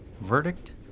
Verdict